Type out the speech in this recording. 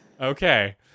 Okay